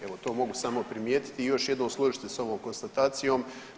Evo to mogu samo primijetiti i još jednom složiti se s ovom konstatacijom.